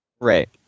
Right